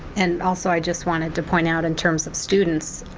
and also, i just wanted to point out, in terms of students,